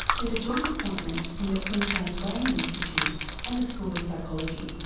with a joint appointment in the queensland brain institute and the school of psychology.